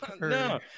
No